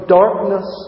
darkness